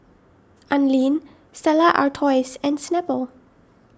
Anlene Stella Artois and Snapple